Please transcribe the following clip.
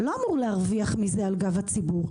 לא אמור להרוויח מזה על גב הציבור.